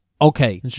Okay